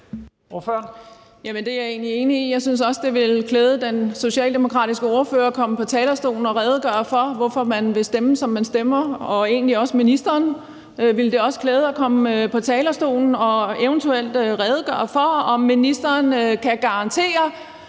Det er jeg egentlig enig i. Jeg synes også, at det ville klæde den socialdemokratiske ordfører at komme på talerstolen og redegøre for, hvorfor man vil stemme, som man stemmer. Og egentlig ville det også klæde ministeren at komme på talerstolen og eventuelt redegøre for, om ministeren kan garantere